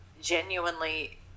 genuinely